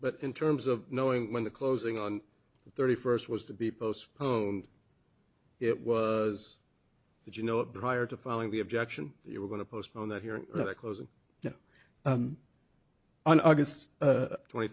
but in terms of knowing when the closing on the thirty first was to be postponed it was did you know it prior to filing the objection you were going to postpone that hearing the closing on august twenty